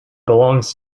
belongs